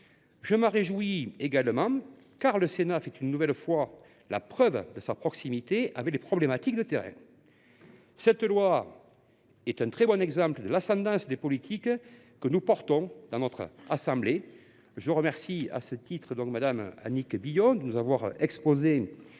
Je m’en réjouis également, car le Sénat fait une nouvelle fois la preuve de sa proximité avec les problématiques de terrain. Ce texte est un très bon exemple du caractère ascendant des propositions que notre assemblée formule. Je remercie à ce titre Annick Billon de nous avoir exposé